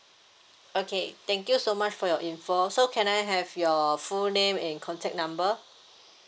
okay thank you so much for your info so can I have your full name and your contact number